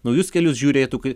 naujus kelius žiūrėtų kaip